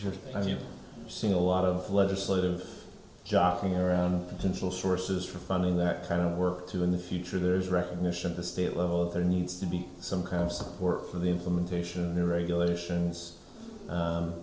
you seen a lot of legislative jockeying around the central sources for funding that kind of work to in the future there's recognition the state level there needs to be some kind of support for the implementation of new regulations